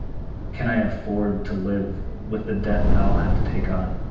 can i afford to live with the debt that i'll have to take on?